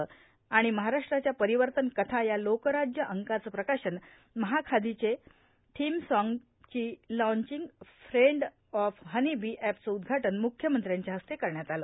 चं आणि महाराष्ट्राच्या परिवर्तन कथा या लोकराज्य अंकाचं प्रकाशन महाखादीचे थीम साँगची launching friend of honey bee एपचं उद्घाटन मुख्यमंत्र्यांच्या हस्ते करण्यात आलं